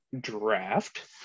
draft